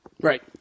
Right